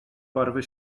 barwy